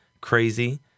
crazy